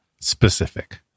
specific